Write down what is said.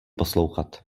poslouchat